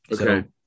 Okay